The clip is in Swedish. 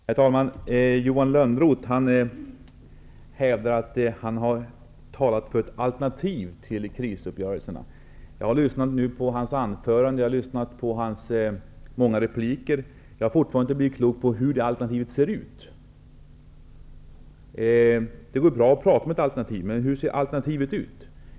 Herr talman! Johan Lönnroth hävdar att han har talat för ett alternativ till krisuppgörelserna. Jag lyssnade på hans anförande och på hans många repliker, men jag har fortfarande inte blivit klok på hur det alternativet ser ut. Det går bra att tala om ett alternativ, men hur ser det alternativet ut?